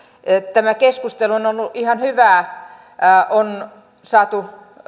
tämä keskustelu on ollut ihan hyvää on saatu